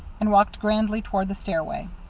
and walked grandly toward the stairway.